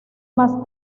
más